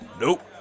Nope